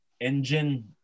engine